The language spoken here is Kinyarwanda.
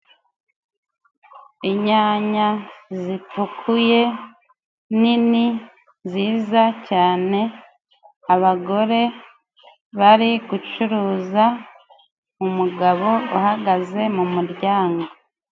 Inyanya zitukuye nini nziza cyane, abagore bari gucurza, umugabo uhagaze mu muryango.